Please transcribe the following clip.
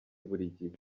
burigihe